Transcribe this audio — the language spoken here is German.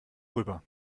rüber